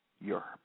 Europe